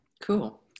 Cool